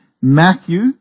Matthew